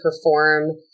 perform